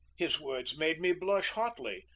his words made me blush hotly,